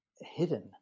hidden